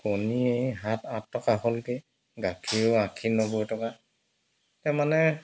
কণী সাত আঠ টকা হ'লগৈ গাখীৰো আশী নব্বৈ টকা এতিয়া মানে